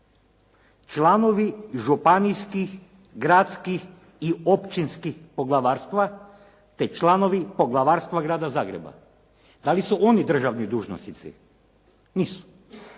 Članovi županijskih, gradskih i općinskih poglavarstva te članovi poglavarstva Grada Zagreba. Da li su oni državni dužnosnici? Nisu.